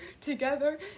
together